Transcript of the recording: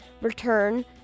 return